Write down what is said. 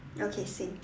okay same